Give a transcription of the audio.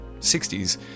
60s